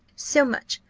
so much,